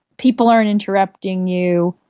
people aren't interrupting you.